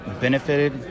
benefited